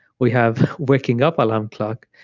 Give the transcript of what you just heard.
we have waking up alarm clock,